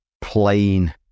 plain